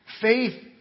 Faith